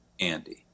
Andy